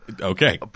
Okay